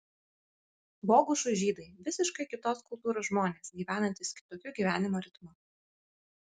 bogušui žydai visiškai kitos kultūros žmonės gyvenantys kitokiu gyvenimo ritmu